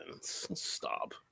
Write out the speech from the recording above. stop